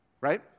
right